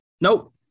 nope